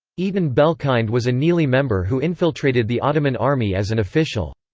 eitan belkind was a nili member who infiltrated the ottoman army as an official.